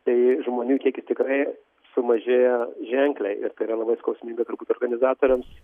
tai žmonių kiekis tikrai sumažėja ženkliai ir tai yra labai skausminga organizatoriams